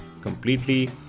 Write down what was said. completely